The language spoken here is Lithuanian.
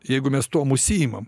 jeigu mes tuom užsiimam